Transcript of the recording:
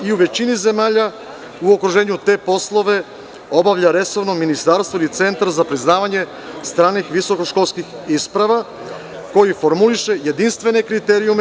U većini zemalja u okruženju te poslove obavlja resorno ministarstvo ili centar za priznavanje stranih visoko školskih isprava koji formuliše jedinstvene kriterijume.